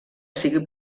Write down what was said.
sigui